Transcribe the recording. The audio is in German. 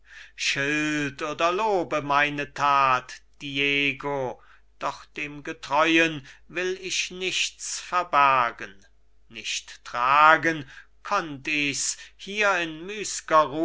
schilt oder lobe meine that diego doch dem getreuen will ich nichts verbergen nicht tragen konnt ich's hier in